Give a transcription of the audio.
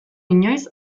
inoiz